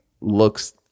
looks